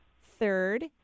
third